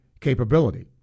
capability